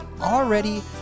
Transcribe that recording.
already